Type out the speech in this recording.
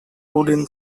wooden